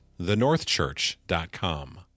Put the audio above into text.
thenorthchurch.com